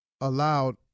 allowed